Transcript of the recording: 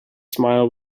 smile